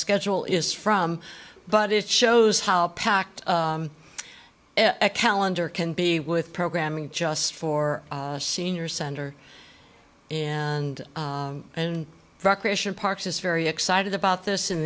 schedule is from but it shows how packed ed calendar can be with programming just for senior center and recreation parks is very excited about this in